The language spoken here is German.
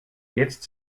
jetzt